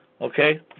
Okay